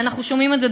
אנחנו שומעים את זה,